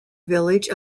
village